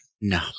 No